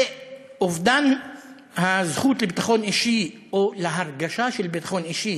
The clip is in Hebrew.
אובדן הזכות לביטחון אישי